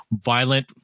Violent